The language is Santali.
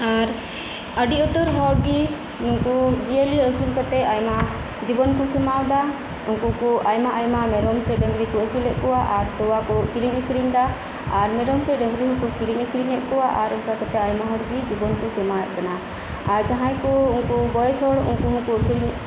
ᱟᱨ ᱟᱹᱰᱤ ᱩᱛᱟᱹᱨ ᱦᱚᱲᱜᱤ ᱩᱱᱠᱩ ᱡᱤᱭᱟᱹᱞᱤ ᱟᱹᱥᱩᱞ ᱠᱟᱛᱮᱫ ᱟᱭᱢᱟ ᱡᱤᱵᱚᱱ ᱠᱩ ᱠᱷᱮᱢᱟᱣ ᱮᱫᱟ ᱩᱱᱠᱩ ᱟᱭᱢᱟ ᱟᱭᱢᱟ ᱢᱮᱨᱚᱢ ᱥᱮ ᱰᱟᱹᱝᱨᱤᱠᱩ ᱟᱹᱥᱩᱞᱮᱫ ᱠᱚᱣᱟ ᱟᱨ ᱛᱚᱣᱟᱠᱩ ᱠᱤᱨᱤᱧ ᱫᱟ ᱟᱨ ᱢᱮᱨᱚᱢ ᱥᱮ ᱰᱟᱹᱝᱨᱤ ᱦᱚᱠᱩ ᱟᱹᱠᱷᱨᱤᱧᱮᱫ ᱠᱚᱣᱟ ᱟᱨ ᱚᱱᱠᱟ ᱠᱟᱛᱮᱫ ᱟᱭᱢᱟ ᱦᱚᱲᱜᱤ ᱡᱤᱵᱚᱱ ᱠᱩ ᱠᱷᱮᱢᱟᱭᱮᱫ ᱠᱟᱱᱟ ᱟᱨ ᱡᱟᱦᱟᱸᱭ ᱠᱩ ᱩᱱᱠᱩ ᱵᱚᱭᱮᱥ ᱦᱚᱲ ᱩᱱᱠᱩ ᱦᱚᱠᱩ ᱟᱹᱠᱷᱨᱤᱧ ᱮᱫ ᱠᱚᱣᱟ